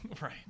right